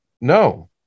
No